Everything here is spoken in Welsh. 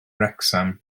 wrecsam